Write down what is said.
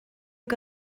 que